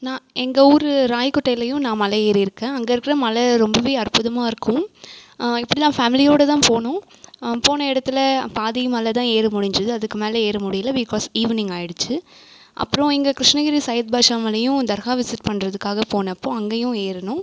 நான் எங்கள் ஊர் ராயக்கோட்டையிலேயும் நான் மலையேறியிருக்கேன் அங்கே இருக்கிற மலை ரொம்பவே அற்புதமாக இருக்கும் இப்படிதான் ஃபேமிலியோடு தான் போனோம் போன இடத்துல பாதி மலை தான் ஏற முடிஞ்சுது அதுக்கு மேலே ஏற முடியலை பிகாஸ் ஈவினிங் ஆகிடுச்சு அப்புறம் இங்கே கிருஷ்ணகிரி சையத்பாஷா மலையும் தர்கா விசிட் பண்ணுறதுக்காக போனப்போ அங்கேயும் ஏறினோம்